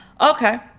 Okay